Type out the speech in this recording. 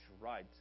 right